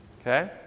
Okay